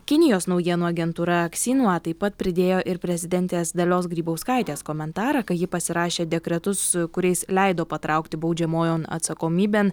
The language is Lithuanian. kinijos naujienų agentūra ksinua taip pat pridėjo ir prezidentės dalios grybauskaitės komentarą kai ji pasirašė dekretus kuriais leido patraukti baudžiamojon atsakomybėn